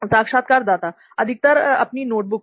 साक्षात्कारदाता अधिकतर अपनी नोटबुक पर